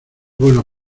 bueno